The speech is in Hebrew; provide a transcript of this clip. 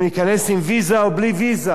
אם ניכנס עם ויזה או בלי ויזה.